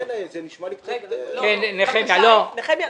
לכן זה נשמע לי קצת --- האם הוא יכול לפרט על מדיניות של המשרד?